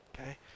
okay